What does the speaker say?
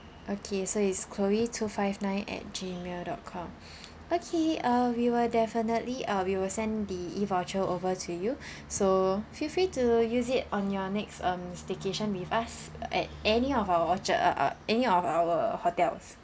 okay so is chloe two five nine at Gmail dot com okay uh we will definitely uh we will send the E voucher over to you so feel free to use it on your next um staycation with us at any of our orchard uh any of our hotels